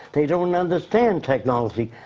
they don't understand technology.